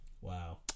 wow